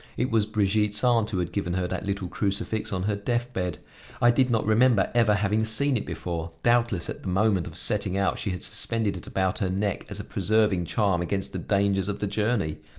it was brigitte's aunt who had given her that little crucifix on her death-bed. i did not remember ever having seen it before doubtless, at the moment of setting out she had suspended it about her neck as a preserving charm against the dangers of the journey.